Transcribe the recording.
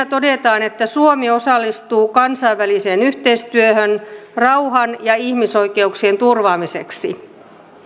todetaan että suomi osallistuu kansainväliseen yhteistyöhön rauhan ja ihmisoikeuksien turvaamiseksi